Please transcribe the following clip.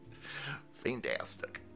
Fantastic